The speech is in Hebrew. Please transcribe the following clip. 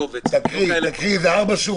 אקריא את מה שימשיך לחול עד יום